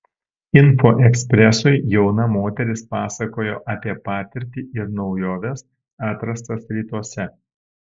info ekspresui jauna moteris pasakojo apie patirtį ir naujoves atrastas rytuose